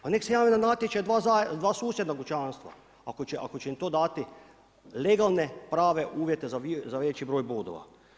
Pa nek' se jave na natječaj dva susjedna kućanstva ako će im to dati legalne, prave uvjete za veći broj bodova.